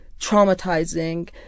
traumatizing